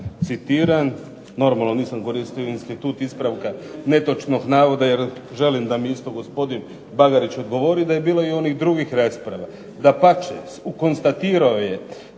citiram, normalno nisam koristio institut ispravka netočnog navoda jer želim da mi isto gospodin Bagarić odgovori, i da je bilo i onih drugih rasprava. Dapače, konstatirao je